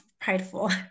prideful